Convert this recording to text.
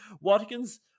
Watkins